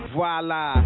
Voila